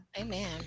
Amen